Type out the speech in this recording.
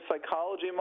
psychology